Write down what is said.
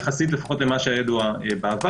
יחסית למה שהיה ידוע בעבר,